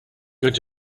going